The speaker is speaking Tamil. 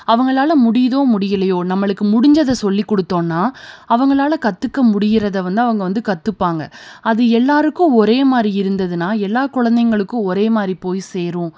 அவங்களால் முடியுதோ முடியலையோ நம்மளுக்கு முடிஞ்சது சொல்லிக் கொடுத்தோன்னா அவங்களால் கற்றுக்க முடிகிறத வந்து அவங்க வந்து கற்றுப்பாங்க அது எல்லாருக்கும் ஒரே மாதிரி இருந்ததுன்னா எல்லா குழந்தைகளுக்கும் ஒரே மாதிரி போய் சேரும்